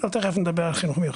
תיכף נדבר על חינוך מיוחד.